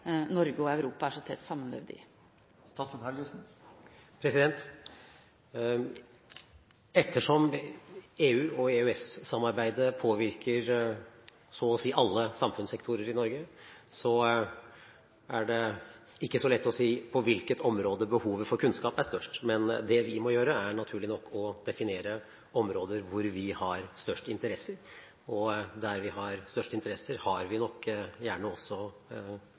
Norge og Europa er så tett sammenvevd i? Ettersom EU- og EØS-samarbeidet påvirker så å si alle samfunnssektorer i Norge, er det ikke så lett å si på hvilket område behovet for kunnskap er størst. Men det vi må gjøre, er naturlig nok å definere områder hvor vi har størst interesser, og der vi har størst interesser, har vi nok gjerne også